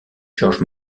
george